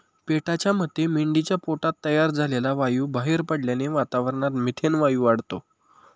पेटाच्या मते मेंढीच्या पोटात तयार झालेला वायू बाहेर पडल्याने वातावरणात मिथेन वायू वाढतो